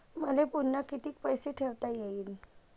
मले पुन्हा कितीक पैसे ठेवता येईन?